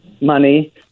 Money